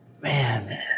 Man